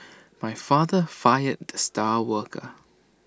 my father fired the star worker